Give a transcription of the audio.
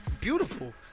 Beautiful